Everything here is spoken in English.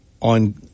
on